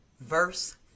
verse